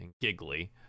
Giggly